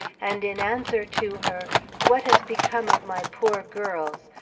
and in answer to her what has become of my poor girls?